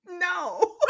No